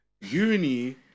Uni